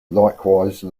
likewise